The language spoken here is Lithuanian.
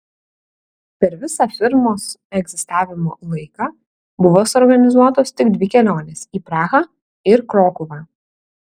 per visą firmos egzistavimo laiką buvo suorganizuotos tik dvi kelionės į prahą ir krokuvą